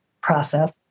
process